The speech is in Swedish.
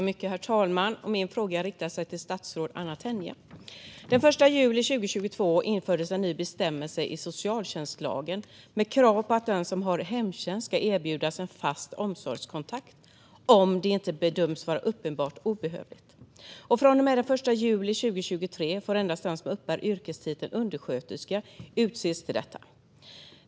Herr talman! Min fråga riktar sig till statsrådet Anna Tenje. Den 1 juli 2022 infördes en ny bestämmelse i socialtjänstlagen med krav på att den som har hemtjänst ska erbjudas en fast omsorgskontakt om det inte bedöms vara uppenbart obehövligt. Och från och med den 1 juli 2023 får endast den som uppbär yrkestiteln undersköterska utses till detta.